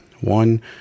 One